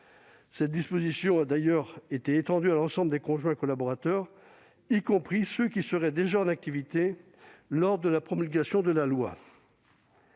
Cette disposition a d'ailleurs été étendue à l'ensemble des conjoints collaborateurs, y compris ceux qui seraient déjà en activité lors de la promulgation de la loi.